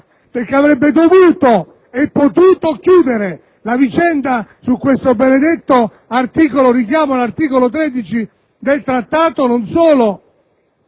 perché avrebbe dovuto e potuto chiudere la vicenda su questo benedetto richiamo all'articolo 13 del Trattato di